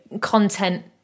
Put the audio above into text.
content